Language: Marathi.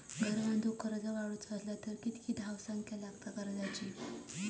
घर बांधूक कर्ज काढूचा असला तर किती धावसंख्या लागता कर्जाची?